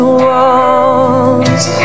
walls